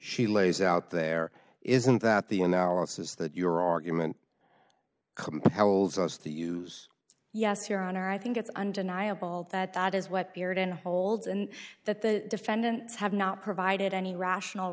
she lays out there isn't that the analysis that your argument compels us to use yes your honor i think it's undeniable that that is what appeared in holds and that the defendants have not provided any rational